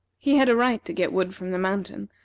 he had a right to get wood from the mountain,